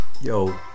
Yo